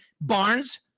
Barnes